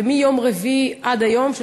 מיום רביעי עד היום,